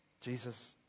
Jesus